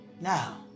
Now